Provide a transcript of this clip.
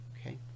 Okay